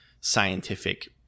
scientific